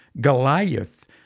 Goliath